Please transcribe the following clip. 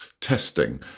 testing